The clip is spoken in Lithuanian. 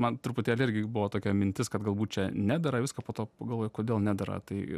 man truputėlį irgi buvo tokia mintis kad galbūt čia nedera viską po to pagalvojau kodėl nedera tai